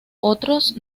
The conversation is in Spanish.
otros